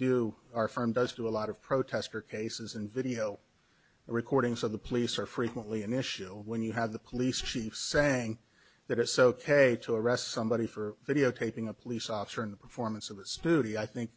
do our firm does do a lot of protester cases and video recordings of the police are frequently an issue when you have the police chief saying that it's ok to arrest somebody for videotaping a police officer in the performance of the studio i think